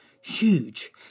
huge